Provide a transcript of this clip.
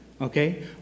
okay